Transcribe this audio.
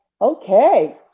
Okay